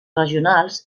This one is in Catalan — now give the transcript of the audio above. regionals